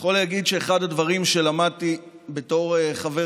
אני יכול להגיד שאחד הדברים שלמדתי בתור חבר